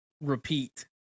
repeat